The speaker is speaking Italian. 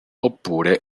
oppure